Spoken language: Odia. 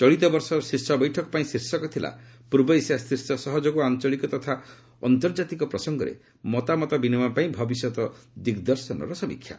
ଚଳିତ ବର୍ଷର ଶୀର୍ଷ ବୈଠକ ପାଇଁ ଶୀର୍ଷକ ଥିଲା ପୂର୍ବ ଏସିଆ ଶୀର୍ଷ ସହଯୋଗ ଓ ଆଞ୍ଚଳିକ ତଥା ଆନ୍ତର୍ଜାତିକ ପ୍ରସଙ୍ଗରେ ମତାମତ ବିନିମୟ ପାଇଁ ଭବିଷ୍ୟତ ଦିଗ୍ଦର୍ଶନର ସମୀକ୍ଷା